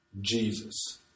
Jesus